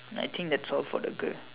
I think that's all for the girl